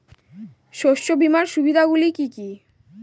শস্য বীমার সুবিধা গুলি কি কি?